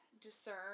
discern